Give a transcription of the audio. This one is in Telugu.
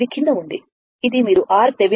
ఇది కింద ఉంది ఇది మీరు RThevenin